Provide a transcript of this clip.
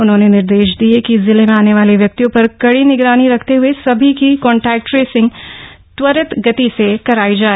उन्होने निर्देश दियें हैं कि जिले में आने वाले व्यक्तियों पर कडी निगरानी रखते हए सभी की कांटैक्ट ट्रेसिंग त्वरित गति से करायी जाए